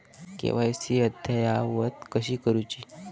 KYC अद्ययावत कशी करुची?